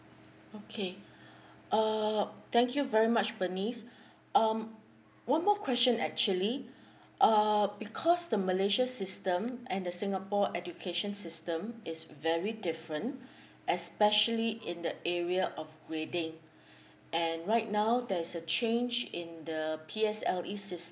okay uh thank you very much bernice um one more question actually uh because the malaysia system and the singapore education system is very different especially in the area of grading and right now there's a change in the P_S_L_E system